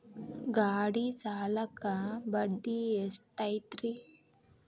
ಗಾಡಿ ಸಾಲಕ್ಕ ಬಡ್ಡಿ ಎಷ್ಟೈತ್ರಿ?